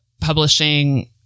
publishing